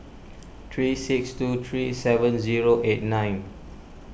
three six two three seven zero eight nine